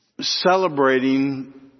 celebrating